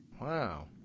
Wow